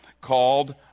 called